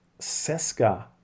Seska